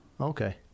Okay